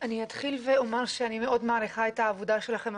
אני אתחיל ואומר שאני מאוד מעריכה את העבודה שלכם,